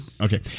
Okay